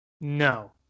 No